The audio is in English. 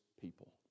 people